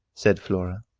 said flora.